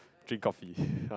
drink coffee [huh]